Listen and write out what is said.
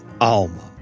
Alma